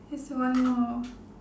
just one more